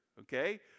Okay